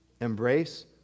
Embrace